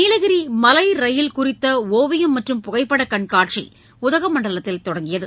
நீலகிரி மலை ரயில் குறித்த ஒவியம் மற்றும் புகைப்படக் கண்காட்சி உதகமண்டலத்தில் தொடங்கியது